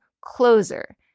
closer